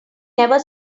never